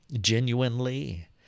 genuinely